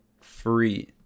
free